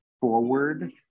forward